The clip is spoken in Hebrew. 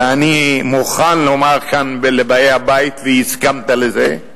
ואני מוכן לומר כאן, לבאי הבית, והסכמת לזה,